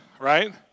right